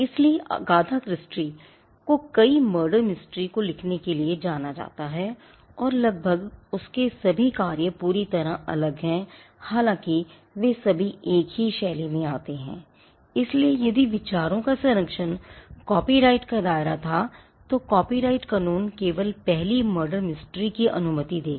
इसलिए Agatha Christie को कई मर्डर मिस्ट्री की अनुमति देगा